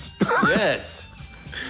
Yes